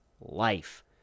life